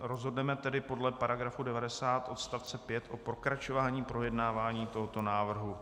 Rozhodneme tedy podle § 90 odst. 5 o pokračování projednávání tohoto návrhu.